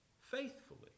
faithfully